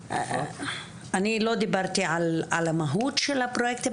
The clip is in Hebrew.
אני לא דיברתי על המהות של הפרוייקטים,